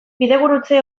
bidegurutze